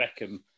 Beckham